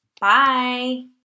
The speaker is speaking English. Bye